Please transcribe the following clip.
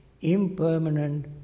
impermanent